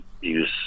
use